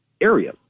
area